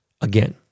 again